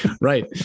Right